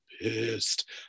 pissed